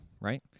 right